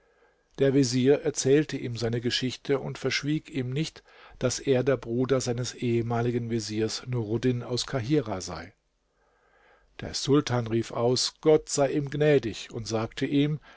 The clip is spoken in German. der vezier erzählte ihm seine geschichte und verschwieg ihm nicht daß er der bruder seines ehemaligen veziers nuruddin aus kahirah sei der sultan rief aus gott sei ihm gnädig und sagte ihm